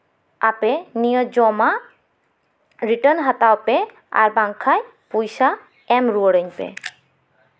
ᱟᱯᱮ ᱱᱤᱭᱟᱹ ᱡᱚᱢᱟᱜ ᱨᱤᱴᱟᱨᱱ ᱦᱟᱛᱟᱣ ᱯᱮ ᱟᱨ ᱵᱟᱝᱠᱷᱟᱱ ᱯᱚᱭᱥᱟ ᱮᱢ ᱨᱩᱣᱟᱹᱲᱟᱹᱧ ᱯᱮ